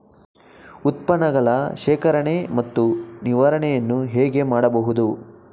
ಉತ್ಪನ್ನಗಳ ಶೇಖರಣೆ ಮತ್ತು ನಿವಾರಣೆಯನ್ನು ಹೇಗೆ ಮಾಡಬಹುದು?